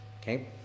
okay